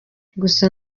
gusa